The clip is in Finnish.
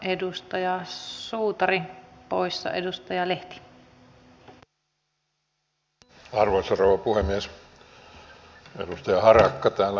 edustaja harakka täällä on lukenut kyllä vähän vaillinaisesti näitä mietintöjä